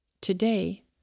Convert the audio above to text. Today